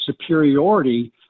superiority